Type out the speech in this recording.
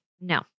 No